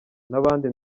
n’ahandi